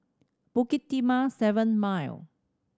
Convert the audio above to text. Bukit Timah Seven Mile